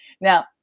Now